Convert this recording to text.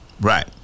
Right